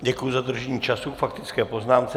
Děkuji za dodržení času k faktické poznámce.